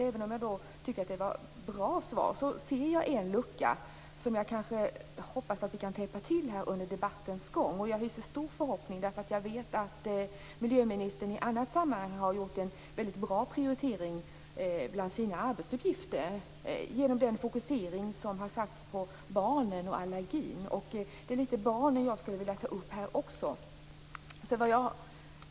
Även om jag alltså tycker att det var ett bra svar ser jag en lucka som jag hoppas att vi kan täppa till under debattens gång. Jag hyser en stor förhoppning om det eftersom jag vet att miljöministern i andra sammanhang har gjort en väldigt bra prioritering bland sina arbetsuppgifter genom den fokusering som har satts på barnen och allergin. Det är lite grann barnen som jag skulle vilja upp här också.